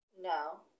No